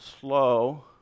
Slow